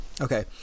Okay